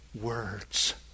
words